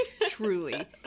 Truly